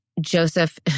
Joseph